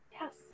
Yes